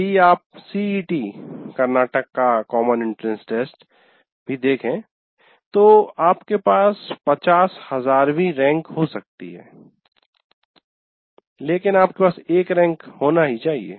यदि आप CET Karnataka common entrance test भी देखें तो आपके पास 50000 रैंक हो सकती है लेकिन आपके पास एक रैंक होना ही चाहिए